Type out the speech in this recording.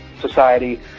society